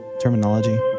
terminology